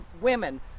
women